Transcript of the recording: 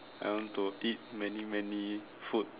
I want to eat many many food